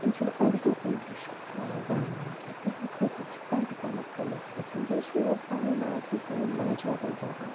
تِم چھِنہٕ اُردو اِنٛگلِش ٲں زانان کیٚنٛہہ تہنٛدِ خٲطرٕ چھُ پَزِ کَم آز کَم اسہِ ہیٚچھُن بیٚیہِ چھِ یہِ اسہِ پَنٕنۍ مادری پَنٕنۍ ماجہِ وطن زبان